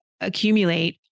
accumulate